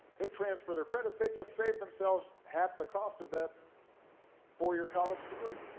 they transfer their credits. they've just saved themselves half the cost of that four-year college degree.